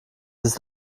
ist